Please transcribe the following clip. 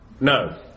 No